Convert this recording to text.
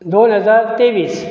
दोन हजार तेवीस